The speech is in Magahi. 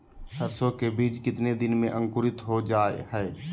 सरसो के बीज कितने दिन में अंकुरीत हो जा हाय?